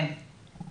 כן.